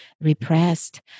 repressed